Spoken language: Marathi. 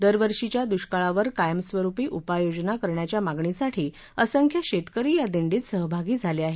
दरवर्षीच्या दुष्काळावर कायमस्वरुपी उपाययोजना करण्याच्या मागणीसाठी असख्या शेतकरी या दिक्षीत सहभागी झाले आहेत